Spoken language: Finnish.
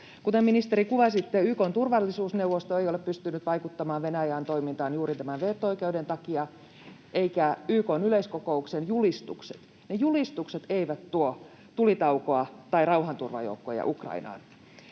Kuten ministeri kuvasitte, YK:n turvallisuusneuvosto ei ole pystynyt vaikuttamaan Venäjän toimintaan juuri tämän veto-oikeuden takia, eivätkä YK:n yleiskokouksen julistukset tuo tulitaukoa tai rauhanturvajoukkoja Ukrainaan.